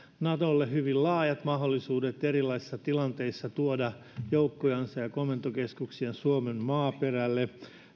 natolle hyvin laajat mahdollisuudet erilaisissa tilanteissa tuoda joukkojansa ja komentokeskuksiansa suomen maaperälle